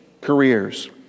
careers